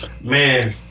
Man